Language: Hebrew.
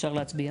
אפשר להצביע.